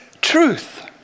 truth